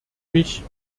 mich